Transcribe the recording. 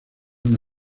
una